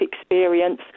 experience